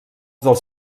dels